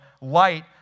light